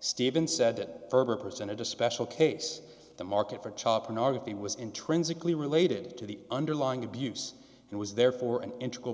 stephen said ferber presented a special case the market for chopping obviously was intrinsically related to the underlying abuse and was therefore an integral